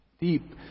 deep